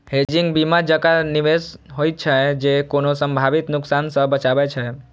hedging बीमा जकां निवेश होइ छै, जे कोनो संभावित नुकसान सं बचाबै छै